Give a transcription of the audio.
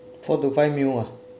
four to five mil~ ah